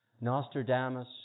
Nostradamus